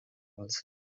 balsa